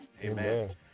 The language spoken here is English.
Amen